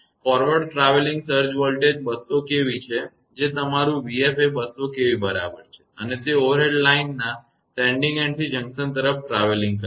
forward traveling surge voltage 200 kV છે કે જે તમારું 𝑣𝑓 એ 200 kV બરાબર છે અને તે ઓવરહેડ લાઇનના સેન્ડીંગ એન્ડથી જંકશન તરફ ટ્રાવેલીંગ કરે છે